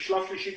בשלב השלישי,